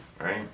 right